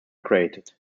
created